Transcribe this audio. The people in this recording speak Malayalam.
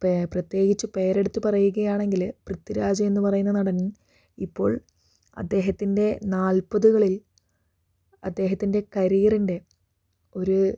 പ്രത്യേകിച്ച് പേരെടുത്ത് പറയുകയാണെങ്കിൽ പൃഥ്വിരാജ് എന്നുപറയുന്ന നടനും ഇപ്പോൾ അദ്ദേഹത്തിൻ്റെ നാല്പതുകളിൽ അദ്ദേഹത്തിൻ്റെ കരിയറിൻ്റെ ഒരു